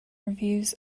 reviews